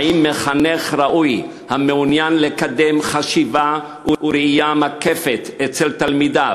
האם מחנך ראוי המעוניין לקדם חשיבה וראייה מקפת אצל תלמידיו,